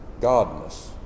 godness